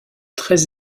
très